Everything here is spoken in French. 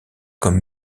comme